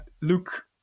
Luke